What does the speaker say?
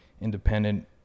independent